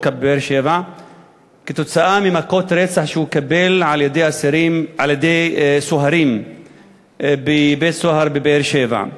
כתוצאה ממכות רצח שהוא קיבל מסוהרים בבית-הסוהר בבאר-שבע.